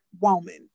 woman